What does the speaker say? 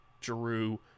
Drew